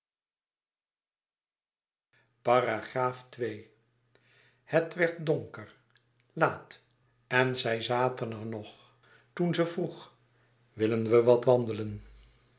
het werd donker laat en zij zaten er nog toen ze vroeg willen we wat wandelen